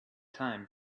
time